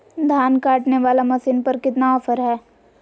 धान काटने वाला मसीन पर कितना ऑफर हाय?